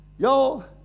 Y'all